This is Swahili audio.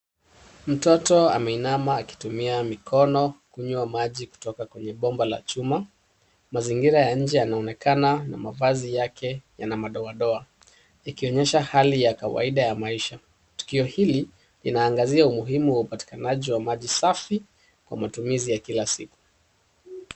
Mtoto ameinama akitumia mikono kunya maji kutoka kwenye pomba la chuma. Mazingira ya nje yanaonekana na mavazi Yake yana madoadoa ikionyesha Hali ya kawaida ya maisha. Tukio hili linaangazia umuhimu wa upatikanaji wa maji Safi kwa matumizi ya kila siku.